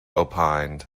opined